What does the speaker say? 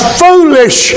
foolish